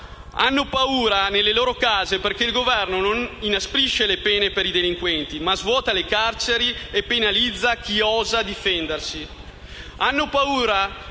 hanno paura nelle loro case perché il Governo non inasprisce le pene per i delinquenti, ma svuota le carceri e penalizza chi osa difendersi.